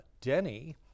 Denny